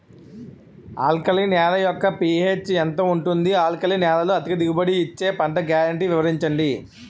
Alkali నేల యెక్క pH ఎంత ఉంటుంది? ఆల్కలి నేలలో అధిక దిగుబడి ఇచ్చే పంట గ్యారంటీ వివరించండి?